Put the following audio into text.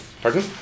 Pardon